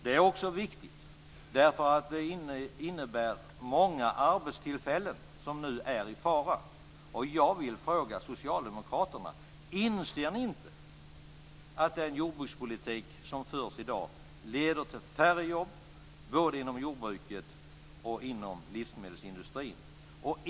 Det är också viktigt därför att det innebär många arbetstillfällen, som nu är i fara. Jag vill fråga socialdemokraterna: Inser ni inte att den jordbrukspolitik som förs i dag leder till färre jobb, både inom jordbruket och inom livsmedelsindustrin?